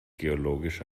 geologisch